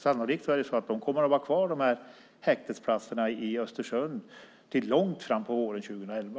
Sannolikt kommer de här häktesplatserna att vara kvar i Östersund till långt fram på våren 2011.